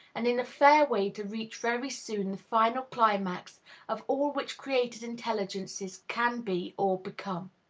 and in a fair way to reach very soon the final climax of all which created intelligences can be or become.